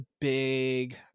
big